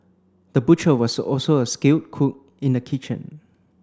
the butcher was also a skilled cook in the kitchen